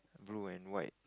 blue and white